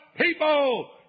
people